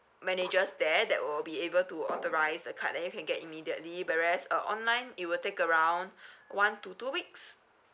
managers there that will be able to authorise the card then you can get immediately whereas but online it will take around one to two weeks